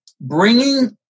bringing